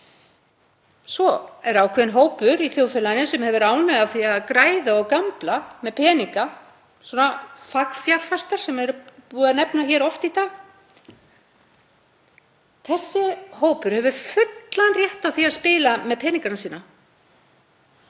Svo er ákveðinn hópur í þjóðfélaginu sem hefur ánægju af því að græða og gambla með peninga, svona fagfjárfestar sem er búið að nefna hér oft í dag. Þessi hópur hefur fullan rétt á því að spila með peningana sína.